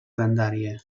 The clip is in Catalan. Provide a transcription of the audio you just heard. grandària